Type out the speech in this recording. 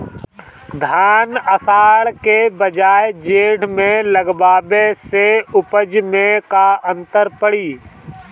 धान आषाढ़ के बजाय जेठ में लगावले से उपज में का अन्तर पड़ी?